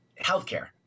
healthcare